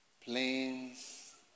planes